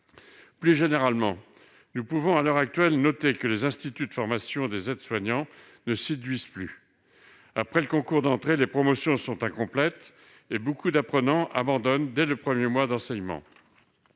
Plus généralement, nous notons à l'heure actuelle que les instituts de formation des aides-soignants ne séduisent plus. Après le concours d'entrée, les promotions sont incomplètes et beaucoup d'apprenants abandonnent dès les premiers mois d'enseignement.